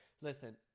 Listen